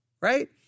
right